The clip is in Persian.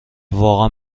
واقعا